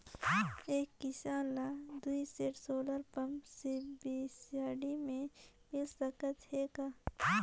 एक किसान ल दुई सेट सोलर पम्प सब्सिडी मे मिल सकत हे का?